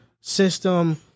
system